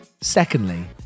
Secondly